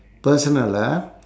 personal ah